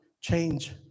change